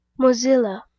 Mozilla